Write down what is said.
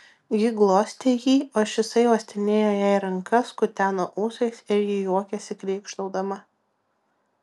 ji glostė jį o šisai uostinėjo jai rankas kuteno ūsais ir ji juokėsi krykštaudama